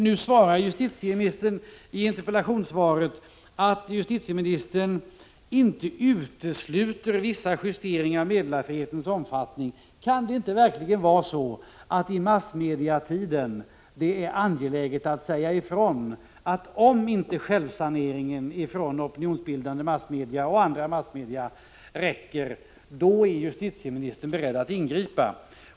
Nu säger justitieministern i interpellationssvaret att han inte utesluter vissa justeringar av meddelarfrihetens omfattning. Men är det då verkligen inte angeläget att nu i massmedietiden säga ifrån? Kan inte justitieministern säga att han är beredd att ingripa om självsaneringen hos opinionsbildande massmedia och även andra massmedia inte är tillräcklig?